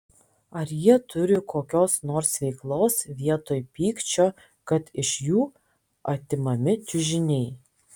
ar jie turi kokios nors veiklos vietoj pykčio kad iš jų atimami čiužiniai